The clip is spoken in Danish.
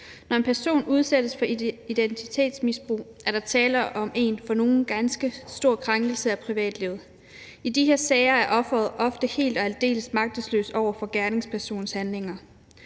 Når en person udsættes for identitetsmisbrug, er der tale om en for nogle ganske stor krænkelse af privatlivet. I de her sager er offeret ofte helt og aldeles magtesløs over for gerningspersonens handlinger,